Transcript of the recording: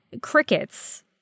crickets